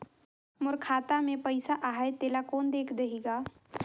मोर खाता मे पइसा आहाय तेला कोन देख देही गा?